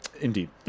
Indeed